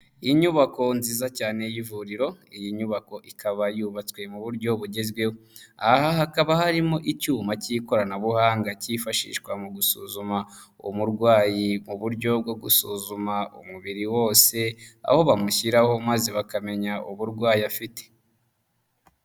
Inyubako nziza cyane y'ivuriro, iyi nyubako ikaba yubatswe mu buryo bugezweho, aha hakaba harimo icyuma cy'ikoranabuhanga cyifashishwa mu gusuzuma umurwayi mu buryo bwo gusuzuma umubiri wose, aho bamushyiraho maze bakamenya uburwayi afite.